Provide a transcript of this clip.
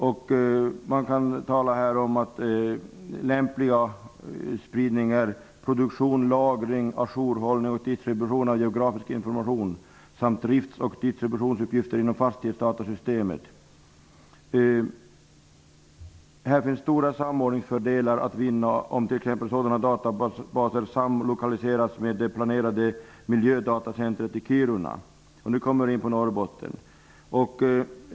Man kan här tala om lämplig spridning, produktion, lagring, àjourhållning och distribution av geografisk information samt om drifts och distributionsuppgifter inom fastighetsdatasystemet. Här finns det stora samordningsfördelar att vinna om t.ex. sådana databaser samlokaliseras med det planerade miljödatacentrumet i Kiruna. Nu kommer vi alltså in på Norrbotten.